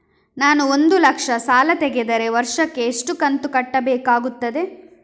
ನಾನು ಒಂದು ಲಕ್ಷ ಸಾಲ ತೆಗೆದರೆ ವರ್ಷಕ್ಕೆ ಎಷ್ಟು ಕಂತು ಕಟ್ಟಬೇಕಾಗುತ್ತದೆ?